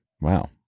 wow